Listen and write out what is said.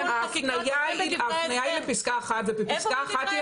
ההפניה היא לפסקה (1) ופסקה (1) עם